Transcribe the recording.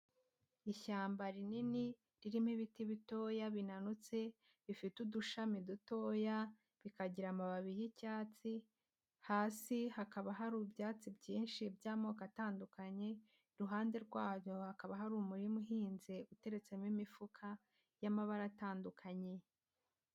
Ishyamba rinini ririmo ibiti bitoya binanutse bifite udushami dutoya bikagira amababi y'icyatsi, hasi hakaba hari ibyatsi byinshi by'amoko atandukanye, iruhande rwabyo hakaba hari umurima uhinze uteretsemo imifuka y'amabara atandukanye.